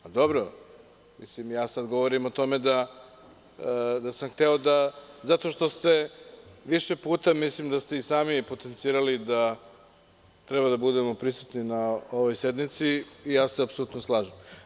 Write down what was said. Mislim, sada govorim o tome da sam hteo, zato što ste više puta, mislim da ste i sami potencirali da treba da budemo prisutni na ovoj sednici i ja se apsolutno slažem.